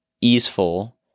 easeful